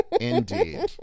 Indeed